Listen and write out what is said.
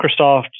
Microsoft